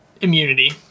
immunity